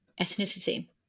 ethnicity